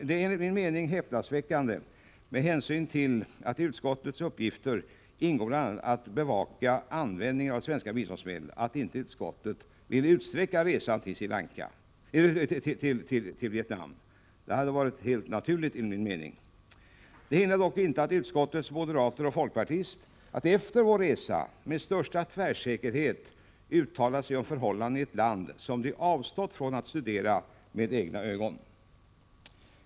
Det är enligt min mening häpnadsväckande med hänsyn till att i utskottets uppgifter ingår att bevaka användningen av svenska biståndsmedel att inte alla resenärerna ville utsträcka resan till Vietnam. Det hade enligt min mening varit helt naturligt. Detta hindrar dock inte utskottets moderater och folkpartist att efter vår resa med största tvärsäkerhet uttala sig om förhållandena i ett land som de avstått från att studera med egna ögon.